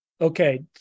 Okay